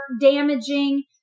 damaging